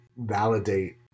validate